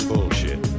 Bullshit